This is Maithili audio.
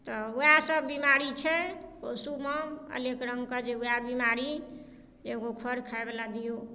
तऽ ओएह सब बीमारी छै पशुमे अनेक रङ्गके जे ओएह बीमारी एगो खऽर खाइवला दियौ